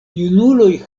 junuloj